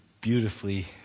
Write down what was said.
beautifully